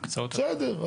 בסדר.